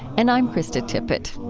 and i'm krista tippett